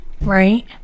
Right